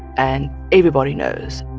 and everybody knows.